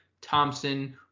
Thompson